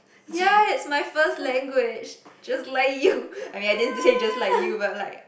ya it's my first language just like you I mean I didn't say just like you but like